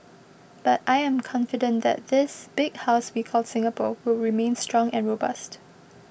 but I am confident that this big house we call Singapore will remain strong and robust